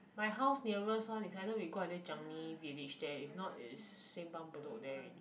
my house nearest one is either we go until changi village there if not is simpang-bedok there already